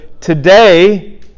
today